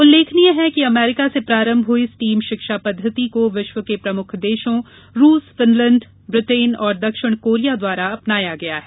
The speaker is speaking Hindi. उल्लेखनीय है कि अमेरिका से प्रारंभ हुई स्टीम शिक्षा पद्वति को विश्व के प्रमुख देशों रूस फिनलैंण्ड ब्रिटेन और दक्षिण कोरिया द्वारा अपनाया गया है